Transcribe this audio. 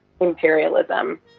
imperialism